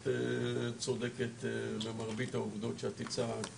את צודקת במרבית העובדות שאת הצגת